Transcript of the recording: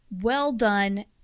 well-done